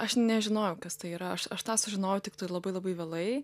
aš nežinojau kas tai yra aš aš tą sužinojau tiktai labai labai vėlai